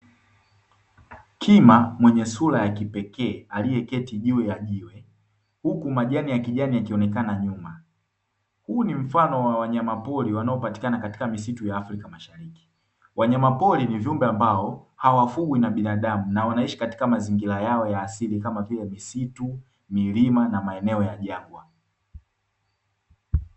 Kima mwenye sura ya kipekee aliyeketi juu ya jiwe, huku majani ya kijani yakionekana nyuma. Huu ni mfano wa wanyama pori wanaopatikana katika misitu ya Afrika mashariki, wanyama pori ni viumbe ambao hawafugwi na binadamu na wanaishi katika mazingira yao ya asili kama vile misitu, milima na maeneo ya jangwa.